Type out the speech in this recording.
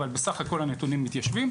אבל סך הכול הנתונים מתיישבים.